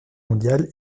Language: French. mondiale